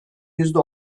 yüzde